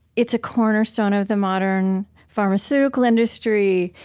it's a cornerstone of the modern pharmaceutical industry.